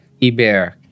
Iber